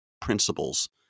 principles